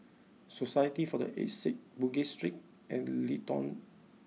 society for the Aged Sick Bugis Street and Leedon